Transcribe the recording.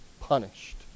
punished